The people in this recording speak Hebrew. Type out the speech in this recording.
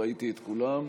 ראיתי את כולם,